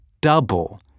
double